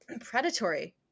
predatory